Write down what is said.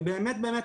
באמת באמת,